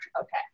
Okay